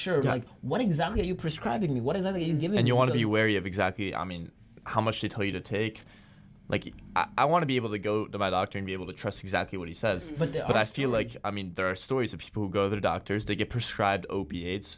sure of what exactly are you prescribing what is that you give and you want to be wary of exactly i mean how much they tell you to take like i want to be able to go to my doctor and be able to trust exactly what he says but i feel like i mean there are stories of people who go to the doctors to get prescribe opi